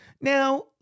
Now